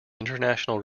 international